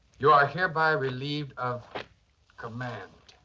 you are hereby relived of command.